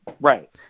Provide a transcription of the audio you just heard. Right